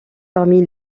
parmi